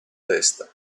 testa